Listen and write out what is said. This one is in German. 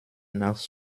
nacht